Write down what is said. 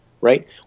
right